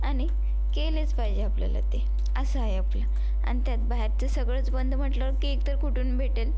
आणि केलेच पाहिजे आपल्याला ते असं आहे आपलं आणि त्यात बाहेरचं सगळंच बंद म्हटल्यावर केक तर कुठून भेटेल